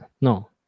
no